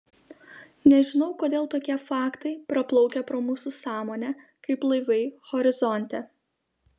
nežinau kodėl tokie faktai praplaukia pro mūsų sąmonę kaip laivai horizonte